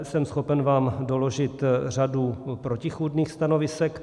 Jsem schopen vám doložit řadu protichůdných stanovisek.